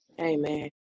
Amen